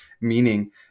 meaning